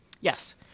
Yes